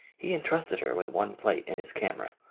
he entrusted her with one plate in his camera.